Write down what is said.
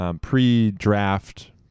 pre-draft